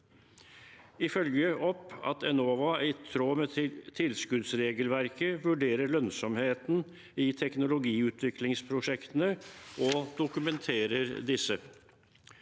– følge opp at Enova, i tråd med tilskuddsregelverket, vurderer lønnsomheten i teknologiutviklingsprosjektene og dokumenterer dette